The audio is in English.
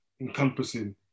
encompassing